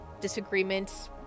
disagreements